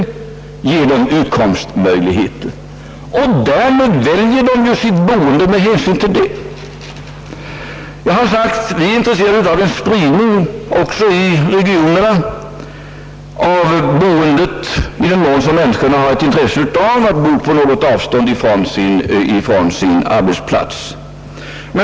Många av dessa friställda har familjer med barn i skolåldern. De väljer sitt boende med hänsyn till detta. Jag har sagt att vi är intresserade av en spridning också i regionerna av boendet i den mån människorna har intresse av att bo på något avstånd från sin arbetsplats.